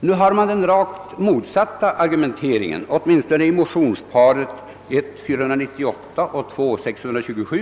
Nu har motionärerna den rakt motsatta argumenteringen, åtminstone de som står bakom motionsparet 1: 498 och II: 627.